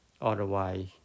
Otherwise